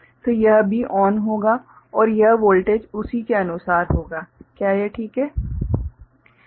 तो यह भी ON होगा और यह वोल्टेज उसी के अनुसार होगा क्या यह ठीक है